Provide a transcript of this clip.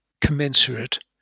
commensurate